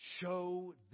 show